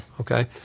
Okay